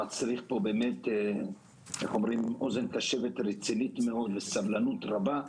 שמצריך אוזן קשבת רצינית מאוד וסבלנות רבה.